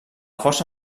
força